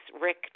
Rick